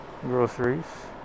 groceries